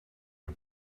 the